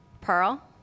Pearl